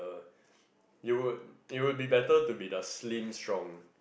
you would you would be better to be the slim strong